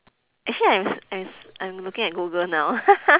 actually I'm I'm I'm looking at google now